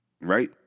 right